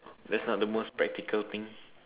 that's not the most practical things